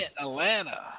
Atlanta